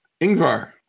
Ingvar